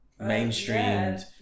mainstreamed